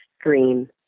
green